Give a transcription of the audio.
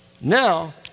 Now